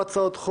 ג.